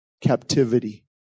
captivity